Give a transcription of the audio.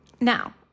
Now